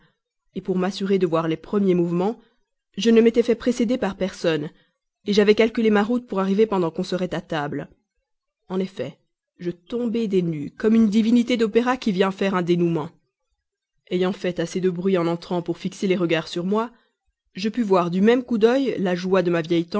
moi-même pour m'assurer de voir les premiers mouvements je ne m'étais fait précéder par personne j'avais calculé ma route pour arriver pendant qu'on serait à table en effet je tombai des nues comme une divinité d'opéra qui vient faire un dénouement ayant fait assez de bruit en entrant pour fixer les regards sur moi je pus voir du même coup d'œil la joie de ma